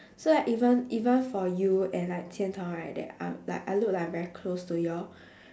so like even even for you and like qian-tong right that I'm like I look like I'm very close to you all